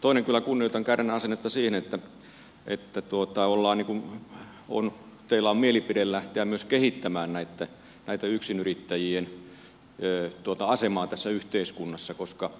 toiseksi kyllä kunnioitan kärnän sitä asennetta että teillä on mielipide lähteä myös kehittämään yksinyrittäjien asemaa tässä yhteiskunnassa koska